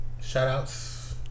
shoutouts